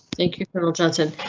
thank you colonel johnson.